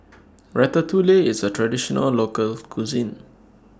Ratatouille IS A Traditional Local Cuisine